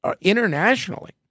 internationally